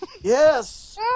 yes